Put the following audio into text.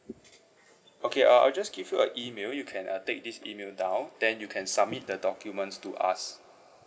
okay uh I'll just give you a email you can uh take this email down then you can submit the documents to us